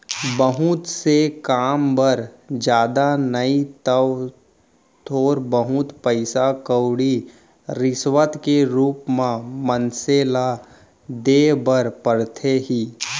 बहुत से काम बर जादा नइ तव थोर बहुत पइसा कउड़ी रिस्वत के रुप म मनसे ल देय बर परथे ही